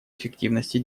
эффективности